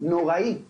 נוראית